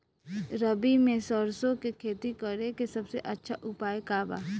रबी में सरसो के खेती करे के सबसे अच्छा उपाय का बा?